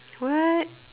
what